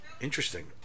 interesting